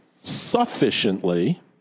sufficiently